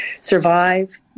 Survive